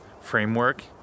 framework